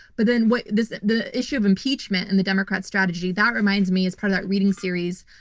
but then what does the issue of impeachment and the democrat's strategy that reminds me is part of that reading series.